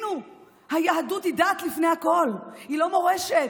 תבינו, היהדות היא דת לפני הכול, היא לא מורשת.